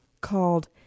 called